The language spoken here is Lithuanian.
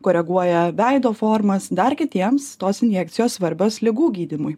koreguoja veido formas dar kitiems tos injekcijos svarbios ligų gydymui